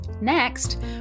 Next